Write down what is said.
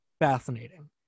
Fascinating